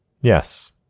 yes